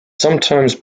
sometimes